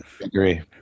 Agree